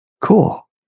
Cool